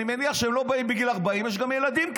אני מניח שהם לא באים בגיל 40, יש גם ילדים כאלה,